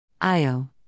Io